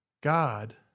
God